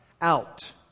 out